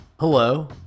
Hello